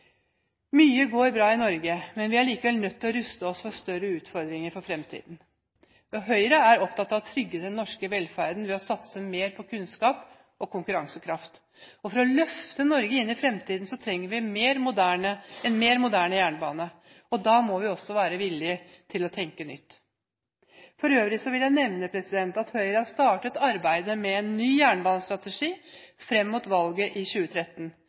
Mye går bra i Norge, men vi er likevel nødt til å ruste oss for større utfordringer i fremtiden. Høyre er opptatt av å trygge den norske velferden ved å satse mer på kunnskap og konkurransekraft. For å løfte Norge inn i fremtiden trenger vi en mer moderne jernbane. Da må vi også være villige til å tenke nytt. For øvrig vil jeg nevne at Høyre har startet arbeidet med en ny jernbanestrategi fram mot valget i 2013.